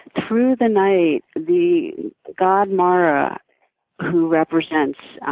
through the night, the god mara who represents,